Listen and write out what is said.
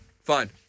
fine